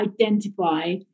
identify